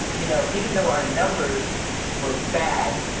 you know even though our numbers were bad.